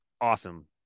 awesome